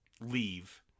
leave